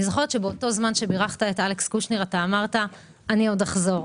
אני זוכרת שבזמן שבירכת את אלכס קושניר אמרת: אני עוד אחזור.